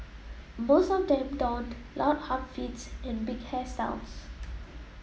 most of them donned loud outfits and big hairstyles